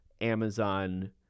Amazon